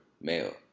male